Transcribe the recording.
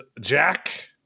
Jack